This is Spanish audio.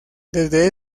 desde